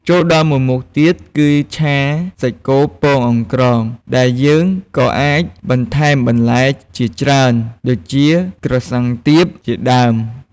ចូលដល់មួយមុខទៀត គឺឆាសាច់គោពងអង្រ្កង ដែលយើងក៏អាចបន្ថែមបន្លែជាច្រើន ដូចជា ក្រសាំងទាប ជាដើម។